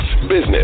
business